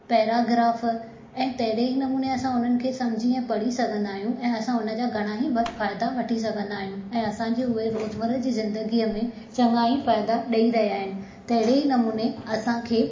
paragraph ऐं तहड़े ई नमुने असां हुननि खे समझी यां पढ़ी सघंदा आहियूं ऐं असां हुन जा घणा ई ब फ़ाइदा वठी सघंदा आहियूं ऐं असां जे उहे रोजमर्रे जी ज़िदगीअ में चंङा ई फ़ाइदा ॾेई रहिया आहिनि तहड़े ई नमुने असां खे